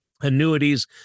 annuities